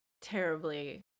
terribly